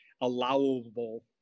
allowable